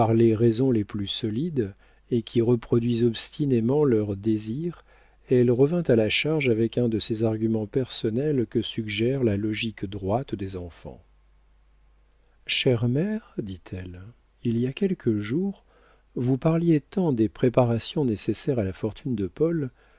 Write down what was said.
les raisons les plus solides et qui reproduisent obstinément leur désir elle revint à la charge avec un de ces arguments personnels que suggère la logique droite des enfants chère mère dit-elle il y a quelques jours vous parliez tant des préparations nécessaires à la fortune de paul